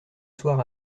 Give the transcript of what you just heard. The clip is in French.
soir